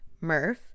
Murph